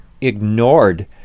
ignored